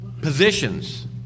positions